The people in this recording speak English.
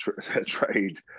trade